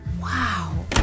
Wow